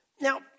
Now